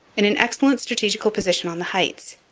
in an excellent strategical position on the heights,